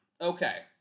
Okay